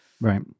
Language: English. Right